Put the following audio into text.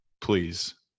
please